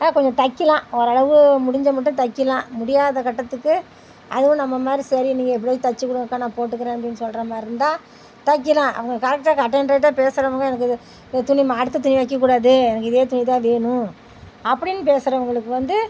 ஆ கொஞ்சம் தைக்கலாம் ஓரளவு முடிஞ்சமட்டு தைக்கலாம் முடியாத கட்டதுக்கு அதுவும் நம்ம மாதிரி சரி நீங்கள் எப்டியாவது தைச்சி கொடுங்கக்கா நான் போட்டுக்கிறேன் அப்படின்னு சொல்கிற மாதிரி இருந்தால் தைக்கலாம் அவங்க கரெக்டாக கட் அண்டு ரைட்டாக பேசுறவங்க எனக்கு இது துணி ம அடுத்த துணி வைக்கக்கூடாது எனக்கு இதே துணி தான் வேணும் அப்படின்னு பேசுறவங்களுக்கு வந்து